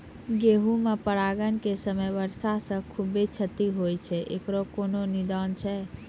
गेहूँ मे परागण के समय वर्षा से खुबे क्षति होय छैय इकरो कोनो निदान छै?